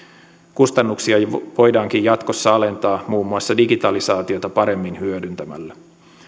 kustannuksia voidaankin jatkossa alentaa muun muassa digitalisaatiota paremmin hyödyntämällä